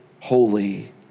holy